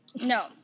No